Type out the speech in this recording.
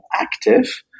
active